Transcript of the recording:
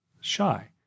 shy